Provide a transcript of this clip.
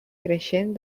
creixent